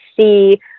see